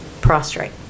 prostrate